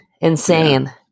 Insane